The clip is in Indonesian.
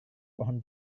pohon